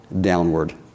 downward